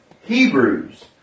Hebrews